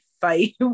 fight